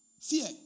fear